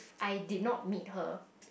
I did not meet her